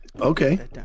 Okay